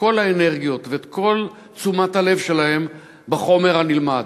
כל האנרגיות ואת כל תשומת הלב שלהם בחומר הנלמד.